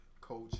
coach